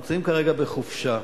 הם נמצאים כרגע בחופשה.